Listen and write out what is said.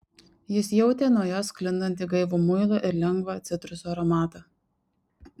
jis jautė nuo jos sklindantį gaivų muilo ir lengvą citrusų aromatą